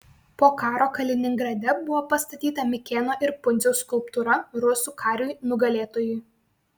po karo kaliningrade buvo pastatyta mikėno ir pundziaus skulptūra rusų kariui nugalėtojui